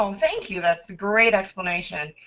um thank you that's a great explanation.